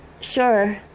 Sure